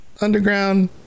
underground